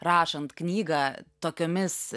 rašant knygą tokiomis